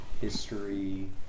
history